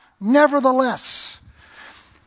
nevertheless